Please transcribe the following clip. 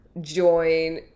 join